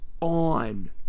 on